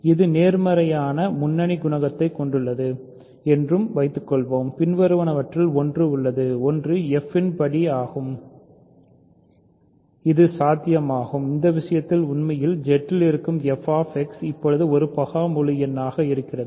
இது நேர்மறையான முன்னணி குணகத்தைக் கொண்டுள்ளது என்றும் வைத்துக்கொள்வோம் பின்வருவனவற்றில் ஒன்று உள்ளது ஒன்று f யின் படி 0 ஆகும் இது சாத்தியமாகும் இந்த விஷயத்தில் உண்மையில் Z இல் இருக்கும் fஇப்போது ஒரு பகா முழு எண்ணாக இருக்கிறது